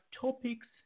topics